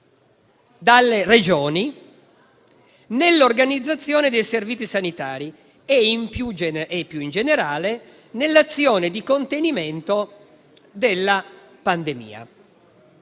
dalle Regioni nell'organizzazione dei servizi sanitari e, più in generale, nell'azione di contenimento della pandemia.